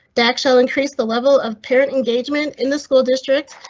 the actual increase the level of parent engagement in the school district